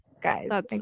guys